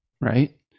right